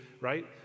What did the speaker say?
right